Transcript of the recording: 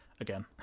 Again